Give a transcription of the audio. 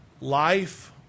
life